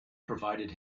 provided